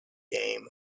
game